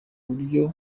buryo